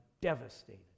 devastated